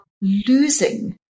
losing